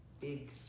big